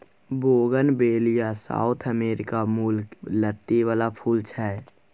bougainvillea South America मुलक लत्ती बला फुल छै